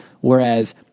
Whereas